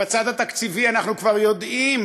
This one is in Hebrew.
בצד התקציבי אנחנו כבר יודעים